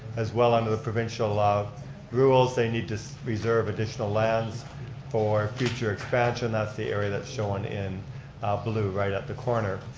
as well, under the provincial ah rules, they need to reserve additional lands for future expansion. that's the area that's shown in blue right at the corner.